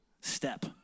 step